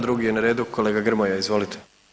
Drugi je na redu kolega Grmoja, izvolite.